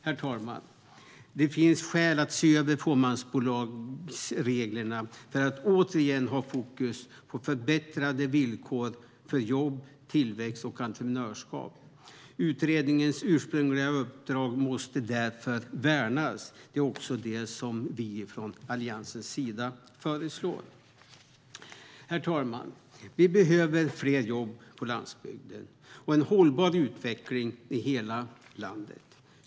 Herr talman! Det finns skäl att se över fåmansbolagsreglerna för att återigen ha fokus på förbättrade villkor för jobb, tillväxt och entreprenörskap. Utredningens ursprungliga uppdrag måste därför värnas. Det är också det som vi från Alliansens sida föreslår. Herr talman! Vi behöver fler jobb på landsbygden och en hållbar utveckling i hela landet.